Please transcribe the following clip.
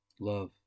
love